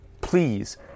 Please